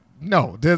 no